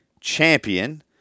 champion